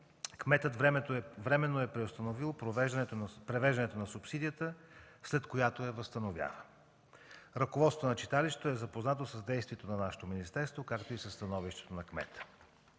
кметът временно е преустановил превеждането на субсидията, след което я възстановява. Ръководството на читалището е запознато с действията на нашето министерство, както и със становището на кмета.